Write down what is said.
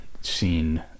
seen